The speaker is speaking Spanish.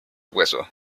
hueso